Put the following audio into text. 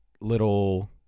little